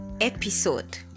episode